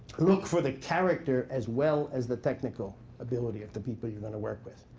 look for the character as well as the technical ability of the people you're going to work with.